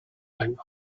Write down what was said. bank